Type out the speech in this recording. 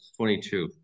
22